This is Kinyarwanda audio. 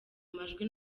amajwi